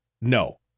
no